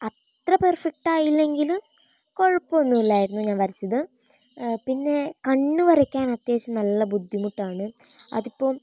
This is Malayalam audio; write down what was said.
അത്ര പെർഫെക്റ്റായില്ലെങ്കിലും കുഴപ്പമൊന്നുമില്ലായിരുന്നു ഞാൻ വരച്ചത് പിന്നെ കണ്ണ് വരയ്ക്കാൻ അത്യാവശ്യം നല്ല ബുദ്ധിമുട്ടാണ് അതിപ്പം